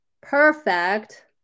perfect